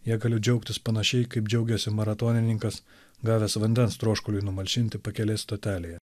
ja galiu džiaugtis panašiai kaip džiaugiasi maratonininkas gavęs vandens troškuliui numalšinti pakelės stotelėje